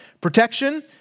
protection